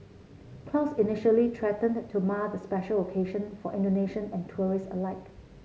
clouds initially threatened to mar the special occasion for Indonesian and tourist alike